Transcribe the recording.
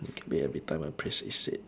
you get paid every time a phrase is said